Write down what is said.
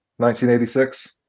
1986